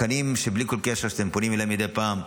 התקנים, בלי כל קשר, אתם פונים אליי מדי פעם,